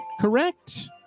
correct